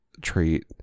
treat